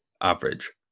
average